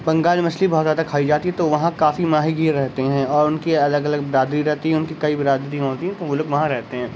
بنگال میں مچھلی بہت زیادہ کھائی جاتی ہے تو وہاں کافی ماہی گیر رہتے ہیں اور ان کے الگ الگ برادری رہتی ہے ان کی کئی برادری ہوتیں تو وہ لوگ وہاں رہتے ہیں